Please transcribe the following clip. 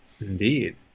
Indeed